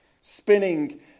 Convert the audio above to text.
spinning